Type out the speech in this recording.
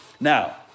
Now